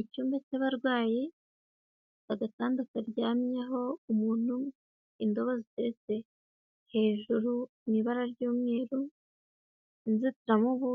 Icyumba cyabarwayi agatanda karyamyeho umuntu, indobo zitetse hejuru mu ibara ry'umweru, inzitiramubu